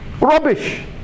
rubbish